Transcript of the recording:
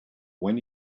when